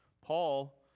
Paul